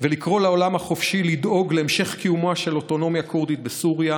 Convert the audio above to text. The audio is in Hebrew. ולקרוא לעולם החופשי לדאוג להמשך קיומה של אוטונומיה כורדית בסוריה,